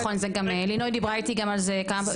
נכון, גם לינוי דיברה איתי על זה כמה פעמים.